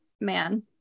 man